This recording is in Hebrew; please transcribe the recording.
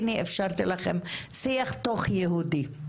הנה אפשרתי לכם שיח תוך-יהודי.